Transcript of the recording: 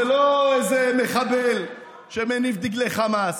זה לא איזה מחבל שמניף דגלי חמאס.